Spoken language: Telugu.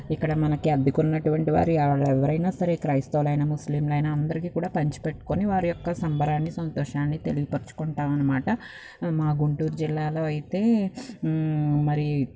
ఇక్కడ మనకి అద్దెకున్నటువంటి వారు ఎవరైనా సరే క్రైస్తవులైన ముస్లింలైన అందరికీ కూడా పంచిపెట్టుకొని వారి యొక్క సంబరాన్ని సంతోషాన్ని తెలియపరచుకుంటాం అన్నమాట మా గుంటూరు జిల్లాలో అయితే మరి